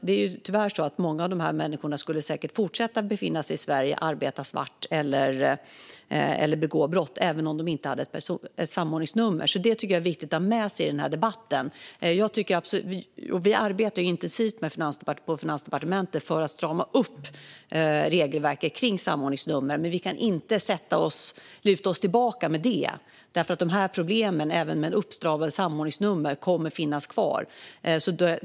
Det är tyvärr så att många av dessa människor säkert skulle fortsätta att befinna sig i Sverige och arbeta svart eller begå brott även om de inte hade ett samordningsnummer. Det tycker jag är viktigt att ha med sig i debatten. Vi arbetar intensivt på Finansdepartementet för att strama upp regelverket kring samordningsnummer, men vi kan inte luta oss tillbaka med det. Problemen kommer nämligen att finnas kvar även med en uppstramning av regelverket kring samordningsnummer.